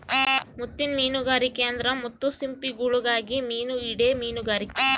ಮುತ್ತಿನ್ ಮೀನುಗಾರಿಕೆ ಅಂದ್ರ ಮುತ್ತು ಸಿಂಪಿಗುಳುಗಾಗಿ ಮೀನು ಹಿಡೇ ಮೀನುಗಾರಿಕೆ